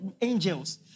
angels